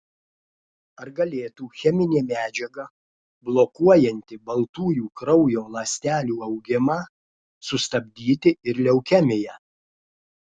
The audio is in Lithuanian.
ar galėtų cheminė medžiaga blokuojanti baltųjų kraujo ląstelių augimą sustabdyti ir leukemiją